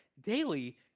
daily